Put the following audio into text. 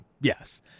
Yes